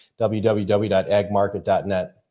www.agmarket.net